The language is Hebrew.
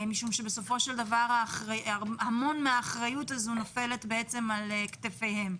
משום שבסופו של דבר המון מהאחריות הזאת נופלת על כתפיהם.